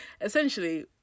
essentially